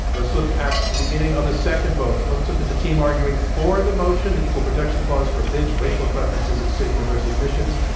let's look at the beginning of the second vote. let's look at the team argui ng for the motion, the equal protection clause forbids racial preferences in state university admissions.